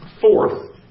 Fourth